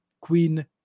Queen